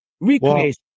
Recreation